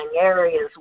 areas